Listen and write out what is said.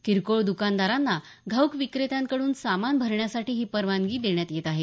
किरकोळ दुकानदारांना घाऊक विक्रेत्याकडून सामान भरण्यासाठी ही परवानगी देण्यात येत आहे